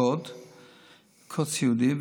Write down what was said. בקוד סיעודי,